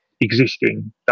existing